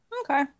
okay